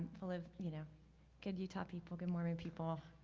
full of you know good utah people, good mormon people.